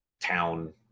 Town